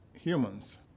humans